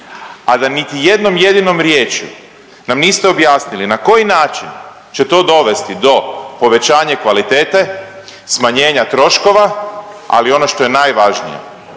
a da niti jednom jedinom riječju nam niste objasnili na koji način će to dovesti do povećanja kvalitete, smanjenja troškova, ali ono što je najvažnije,